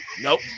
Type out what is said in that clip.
Nope